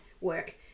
work